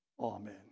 Amen